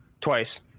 twice